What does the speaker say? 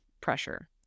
pressure